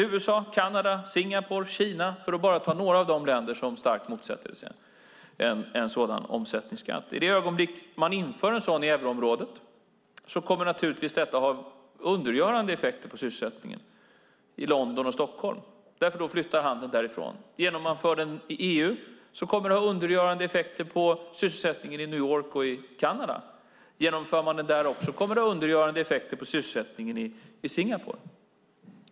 USA, Kanada, Singapore och Kina är bara några av de länder som starkt motsätter sig en sådan omsättningsskatt. I det ögonblick man inför en sådan i euroområdet kommer det naturligtvis att ha undergörande effekter på sysselsättningen i London och Stockholm, för då flyttar handeln därifrån. Genomför man den i EU kommer det att ha undergörande effekter på sysselsättningen i New York och Kanada. Genomför man den där också kommer den att ha undergörande effekter på sysselsättningen i Singapore.